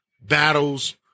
battles